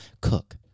cook